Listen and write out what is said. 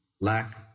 lack